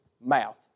mouth